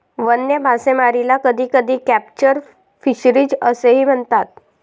वन्य मासेमारीला कधीकधी कॅप्चर फिशरीज असेही म्हणतात